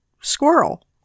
squirrel